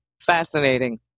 fascinating